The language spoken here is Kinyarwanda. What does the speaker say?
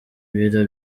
ibiro